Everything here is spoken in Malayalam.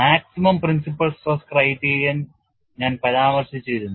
Maximum principal stress criterion ഞാൻ പരാമർശിച്ചിരുന്നു